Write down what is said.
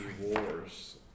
Wars